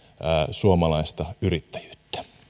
suomalaista yrittäjyyttä